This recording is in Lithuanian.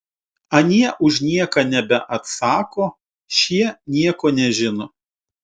anie už nieką nebeatsako šie nieko nežino